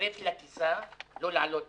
להצטרף לטיסה, לא לעלות